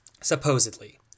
supposedly